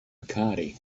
bacardi